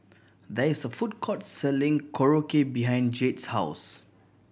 there is a food court selling Korokke behind Jade's house